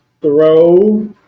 throw